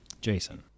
Jason